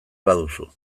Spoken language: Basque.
baduzu